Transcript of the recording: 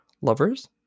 lovers